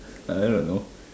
I don't know